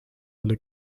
alle